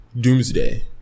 Doomsday